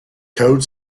code